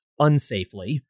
unsafely